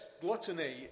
gluttony